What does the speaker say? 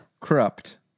Corrupt